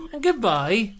Goodbye